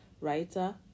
writer